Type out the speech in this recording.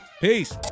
Peace